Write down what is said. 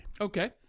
Okay